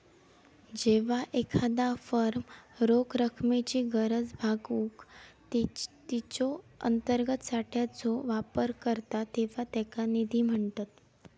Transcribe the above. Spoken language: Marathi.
जेव्हा एखादा फर्म रोख रकमेची गरज भागवूक तिच्यो अंतर्गत साठ्याचो वापर करता तेव्हा त्याका निधी म्हणतत